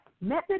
Method